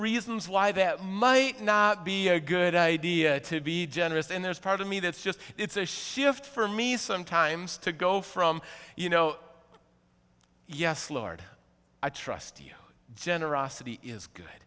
reasons why that might not be a good idea to be generous and there's part of me that's just it's a shift for me sometimes to go from you know yes lord i trust you generosity is good